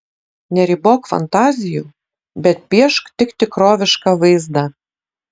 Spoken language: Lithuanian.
neribok fantazijų bet piešk tik tikrovišką vaizdą